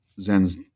Zen's